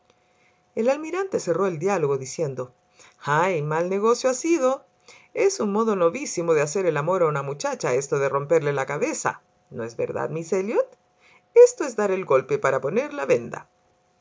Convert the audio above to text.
el almirante cerró el diálogo diciendo ay mal negocio ha sido es un modo novísimo de hacer el amor a una muchacha esto de romperle la cabeza no es verdad miss elliot esto es dar el golpe para poner la venda